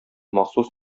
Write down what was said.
махсус